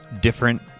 different